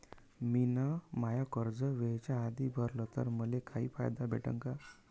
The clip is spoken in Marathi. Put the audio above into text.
मिन माय कर्ज वेळेच्या आधी भरल तर मले काही फायदा भेटन का?